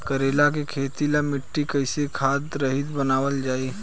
करेला के खेती ला मिट्टी कइसे खाद्य रहित बनावल जाई?